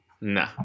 No